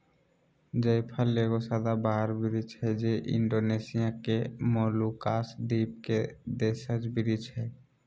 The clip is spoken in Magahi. जायफल एगो सदाबहार वृक्ष हइ जे इण्डोनेशिया के मोलुकास द्वीप के देशज वृक्ष हइ